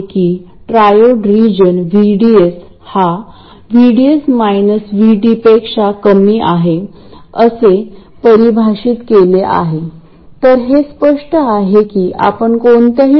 common source amplifier च्या बाबतीत जर तुम्हाला आठवत असेल तर गेट वर तर त्यासाठी मी ड्रेन साईड ची संपूर्ण आकृती दर्शवित नाही परंतु गेट वर आपल्याला Vdc Vs हवे आहे परंतु मग त्याकरिता आपण काय केले